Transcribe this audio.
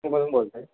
शुभम बोलतो आहे